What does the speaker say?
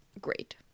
great